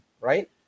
right